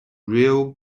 rio